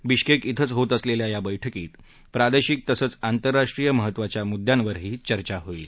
Bishkek इथंच होत असलेल्या या बैठकीत प्रादेशिक तसंच आंतरराष्ट्रीय महत्वाच्या मुद्द्यांवरही चर्चा होईल